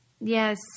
Yes